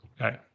okay